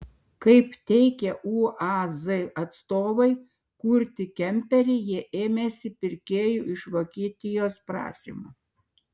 kaip teigia uaz atstovai kurti kemperį jie ėmėsi pirkėjų iš vokietijos prašymu